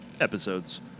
episodes